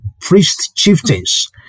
priest-chieftains